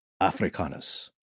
africanus